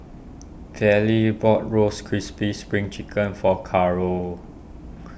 Vallie bought Roasted Crispy Spring Chicken for Caro